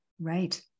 Right